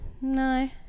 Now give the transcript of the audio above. No